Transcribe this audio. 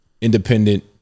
Independent